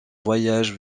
voyage